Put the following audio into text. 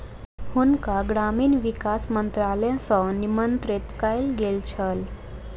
हुनका ग्रामीण विकास मंत्रालय सॅ निमंत्रित कयल गेल छल